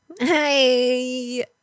Hey